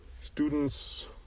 students